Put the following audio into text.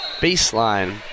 baseline